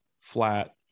flat